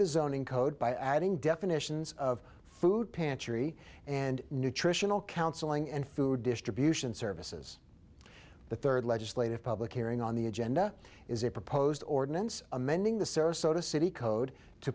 zoning code by adding definitions of food pantry and nutritional counseling and food distribution services the third legislative public hearing on the agenda is a proposed ordinance amending the sarasota city code to